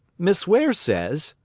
miss ware says,